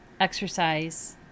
exercise